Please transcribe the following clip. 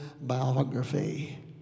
biography